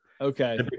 Okay